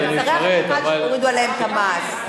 מוצרי החשמל שתורידו עליהם את המס.